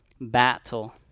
Battle